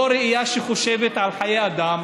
לא ראייה שחושבת על חיי אדם.